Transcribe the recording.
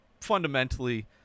fundamentally